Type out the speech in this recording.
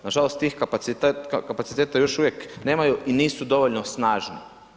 Nažalost, tih kapaciteta još uvijek nemaju i nisu dovoljno snažni.